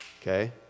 okay